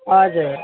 हजुर